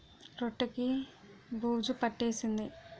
రొట్టె కి బూజు పట్టేసింది